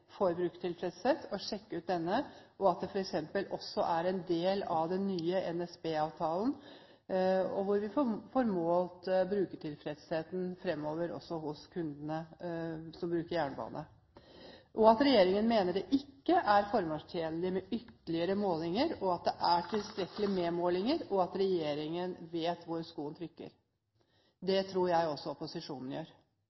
får målt brukertilfredsheten fremover også hos kundene som bruker jernbane – at regjeringen mener det ikke er formålstjenlig med ytterligere målinger, at det er tilstrekkelig med målinger, og at regjeringen vet hvor skoen trykker.